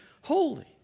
holy